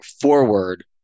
forward